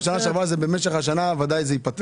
בשנה שעברה שבמשך השנה ודאי זה ייפתר.